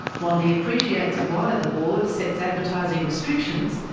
while he appreciates why the board sets advertising restrictions,